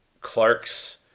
Clark's